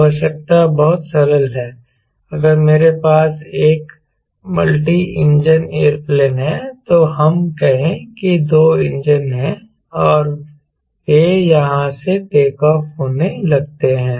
आवश्यकता बहुत सरल है अगर मेरे पास एक मल्टी इंजन एयरप्लेन है तो हम कहें कि 2 इंजन हैं और वे यहां से टेक ऑफ होने लगते हैं